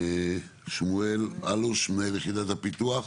שמואל אלוש מנהל יחידת הפיתוח,